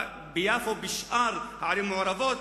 ובשאר הערים המעורבות,